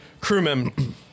crewmen